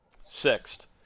sixth